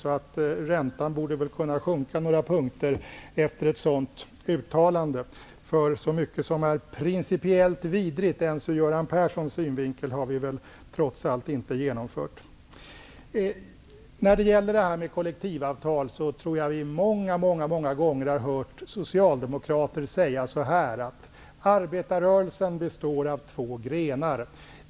Så räntan borde väl kunna sjunka några punkter efter ett sådant uttalande, för så mycket som är principiellt vidrigt ens ur Göran Perssons synvinkel har vi väl trots allt inte genomfört. När det gäller det här med kollektivavtal vet jag att vi många många gånger har hört socialdemokrater säga så här: Arbetarrörelsen består av två grenar.